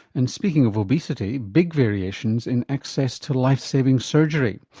and, speaking of obesity, big variations in access to life-saving surgery.